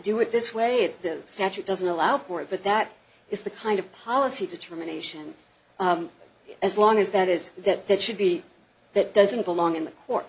do it this way it's the statute doesn't allow for it but that is the kind of policy determination as long as that is that that should be that doesn't belong in the court